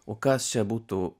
o kas čia būtų